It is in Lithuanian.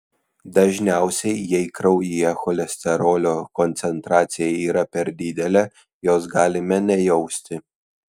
dažniausiai jei kraujyje cholesterolio koncentracija yra per didelė jos galime nejausti